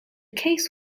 case